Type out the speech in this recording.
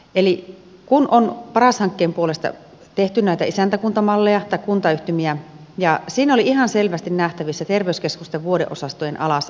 eli kun on paras hankkeen puolesta tehty näitä isäntäkuntamalleja tai kuntayhtymiä niin siinä oli ihan selvästi nähtävissä terveyskeskusten vuodeosastojen alasajo